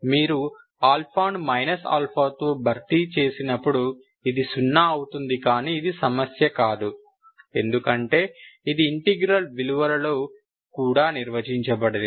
మీరు ఆల్ఫాను మైనస్ ఆల్ఫాతో భర్తీ చేసినప్పుడు ఇది సున్నా అవుతుంది కానీ ఇది సమస్య కాదు ఎందుకంటే ఇది ఇంటెగ్రల్ విలువలలో కూడా నిర్వచించబడలేదు